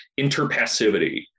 interpassivity